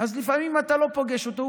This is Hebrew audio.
בגלל שאנחנו מכירים אותם, הם לא זרים לנו.